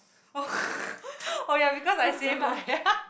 oh ya because I say my